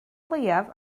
leiaf